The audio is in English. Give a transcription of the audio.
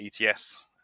ETS